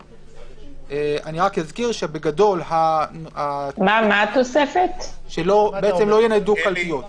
קרעי, שלא יניידו קלפיות.